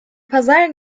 pazar